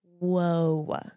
Whoa